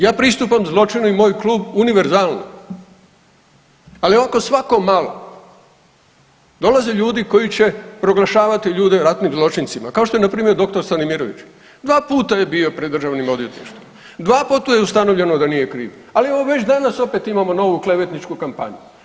Ja pristupam zločinu i moj klub univerzalno, ali ako svako malo dolaze ljudi koji će proglašavati ljude ratnim zločincima kao što je npr. dr. Stanimirović, dva puta je bio je pred državnim odvjetništvom, dva puta je ustanovljeno da nije kriv, ali evo već danas opet imamo novu klevetničku kampanju.